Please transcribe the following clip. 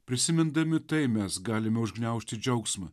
prisimindami tai mes galime užgniaužti džiaugsmą